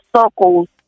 circles